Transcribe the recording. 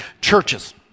churches